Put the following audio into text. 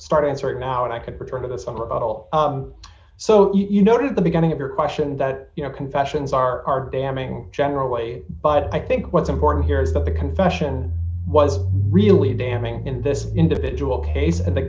start answering now and i could return to the summer of zero so you noted the beginning of your question that you know confessions are damning generally but i think what's important here is that the confession was really damning in this individual case and the